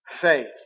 faith